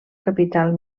capital